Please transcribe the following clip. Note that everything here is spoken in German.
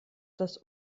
das